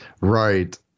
Right